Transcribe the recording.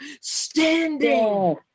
standing